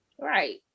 right